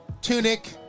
tunic